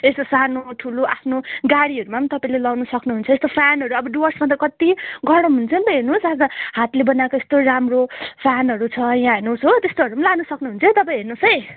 यसो सानो ठुलो आफ्नो गाडीहरूमा पनि तपाईँले लाउनु सक्नु हुन्छ यस्तो फ्यानहरू अब डुवर्समा त कति गरम हुन्छ नि त हेर्नुहोस् आज हातले बनाएको यस्तो राम्रो फ्यानहरू छ यहाँ हेर्नुहोस् हो त्यस्तोहरू पनि लानु सक्नुहुन्छ है तपाईँ हेर्नुहोसै